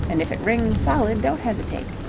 and if it rings solid, don't hesitate.